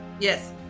Yes